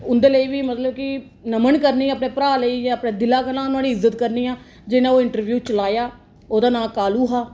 उं'दे लेई बी मतलब कि नमन करनी आं अपने भ्राऽ लेई अपने दिला थमां नुहाड़ी इज्जत करनी आं जिनें ओह् इंटरव्यू चलाया ओह्दा नांऽ कालू हा